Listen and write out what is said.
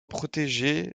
protégés